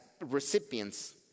recipients